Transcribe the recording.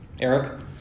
eric